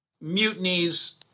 mutinies